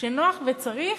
'כשנוח וצריך,